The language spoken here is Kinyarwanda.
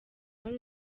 wari